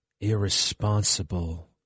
Irresponsible